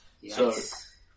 Yes